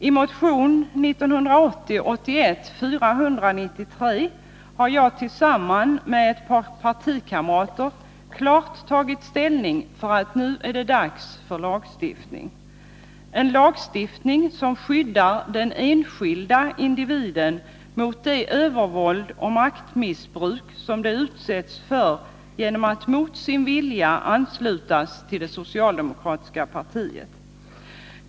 I motion 1980/81:493 har jag tillsammans med ett par partikamrater klart tagit ställning för att det nu är dags för en lagstiftning, som skyddar den enskilde individen mot det övervåld och maktmissbruk som den utsätts för genom att mot sin vilja anslutas till det socialdemokratiska partiet.